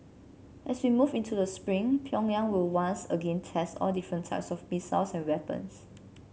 as we move into the spring Pyongyang will once again test all different types of missiles and weapons